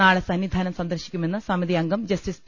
നാളെ സന്നിധാനം സന്ദർശിക്കുമെന്ന് സമിതി അംഗം ജസ്റ്റിസ് പി